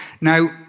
Now